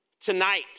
tonight